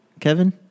Kevin